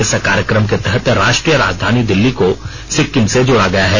इस कार्यक्रम के तहत राष्ट्रीय राजधानी दिल्ली को सिक्किम से जोड़ा गया है